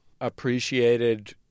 appreciated